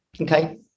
okay